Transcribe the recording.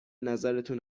نظرتون